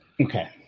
Okay